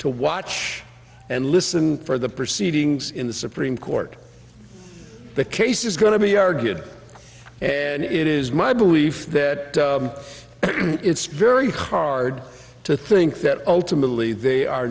to watch and listen for the proceedings in the supreme court the case is going to be argued and it is my belief that it's very hard to think that ultimately they are